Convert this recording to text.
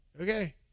Okay